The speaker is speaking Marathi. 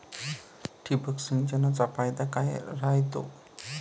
ठिबक सिंचनचा फायदा काय राह्यतो?